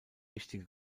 wichtige